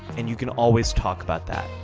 and you can always talk about that.